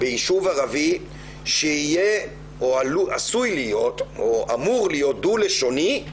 ביישוב ערבי שאמור להיות דו לשוני,